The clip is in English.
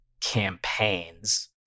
campaigns